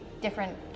different